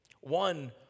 One